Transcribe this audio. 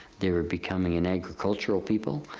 they were becoming an agricultural people,